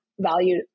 value